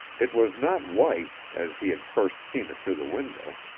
it was not white, as he had first seen it through the window.